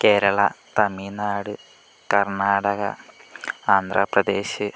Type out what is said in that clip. Kerala Tamil Nadu Karnataka Andhra Pradesh